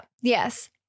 yes